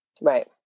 Right